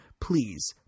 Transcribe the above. please